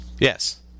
Yes